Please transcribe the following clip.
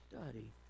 study